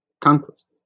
conquest